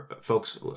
folks